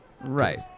Right